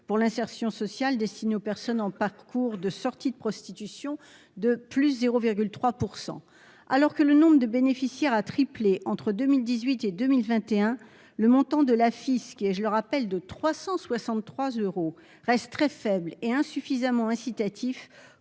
pour l'insertion sociale, destiné aux personnes en parcours de sortie de prostitution de plus 0,3 % alors que le nombre de bénéficiaires a triplé entre 2018 et 2021, le montant de la FIS qui est, je le rappelle, de 363 euros reste très faible et insuffisamment incitatif,